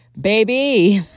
baby